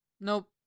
Nope